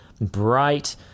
bright